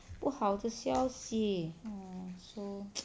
不好的消息 so